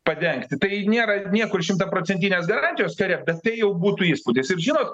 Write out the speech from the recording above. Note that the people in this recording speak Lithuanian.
padengti tai nėra niekur šimtaprocentinės garantijos kare bet tai jau būtų įspūdis ir žinot